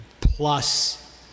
plus